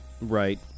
Right